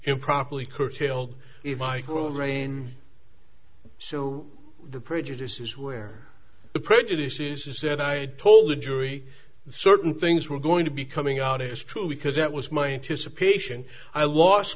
improperly curtailed if i call rain so the prejudice is where the prejudice is just said i told the jury certain things were going to be coming out it's true because that was my anticipation i lost